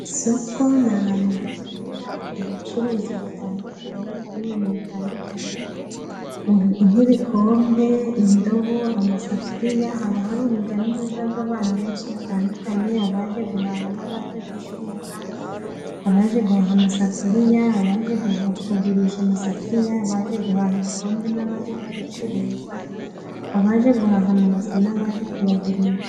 Isoko ni ahantu habera ubucuruzi butandukanye bw'ibintu bitandukanye, nk'ibikombe, indobo, amasafuriya, haba hari urujya n'uruza rw'abantu benshi batandukanye , abaje guhaha n'abaje gucuruza, abaje guhaha amasafuriya, abaje kugurisha amasafuriya, baje guhaha ibikombe, n'abaje kubicuruza, abaje guhaha mu base n'abaje kuyagurisha.